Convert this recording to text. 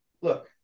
look